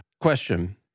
Question